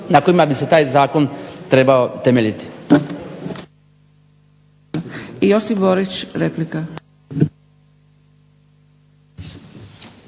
na koji bi se taj zakon trebao temeljiti.